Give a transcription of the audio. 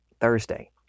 thursday